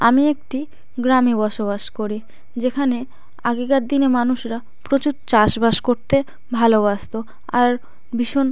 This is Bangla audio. আমি একটি গ্রামে বসবাস করি যেখানে আগেকার দিনে মানুষরা প্রচুর চাষবাস করতে ভালোবাসত আর ভীষণ